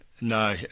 No